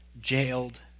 jailed